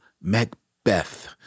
Macbeth